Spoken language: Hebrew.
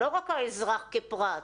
לא רק האזרח כפרט,